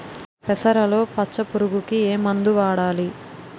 పెసరలో పచ్చ పురుగుకి ఏ మందు వాడాలి?